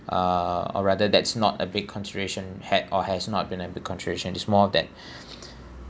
uh or rather that's not a big consideration had or has not been a big consideration and is more that